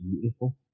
beautiful